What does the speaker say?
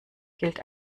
gilt